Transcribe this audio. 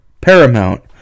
Paramount